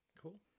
Cool